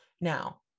Now